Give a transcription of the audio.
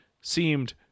seemed